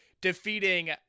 defeating